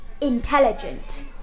intelligent